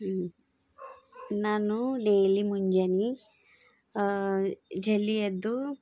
ನಾನು ಡೇಲಿ ಮುಂಜಾನೆ ಜಲ್ದಿ ಎದ್ದು